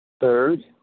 Third